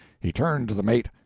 he turned to the mate,